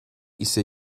ise